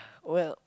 well